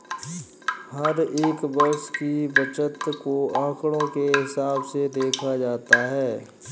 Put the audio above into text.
हर एक वर्ष की बचत को आंकडों के हिसाब से देखा जाता है